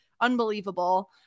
unbelievable